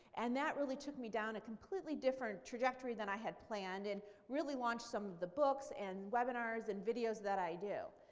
and that really took me down a completely different trajectory than i had planned and really launched some of the books and webinars and videos that i do.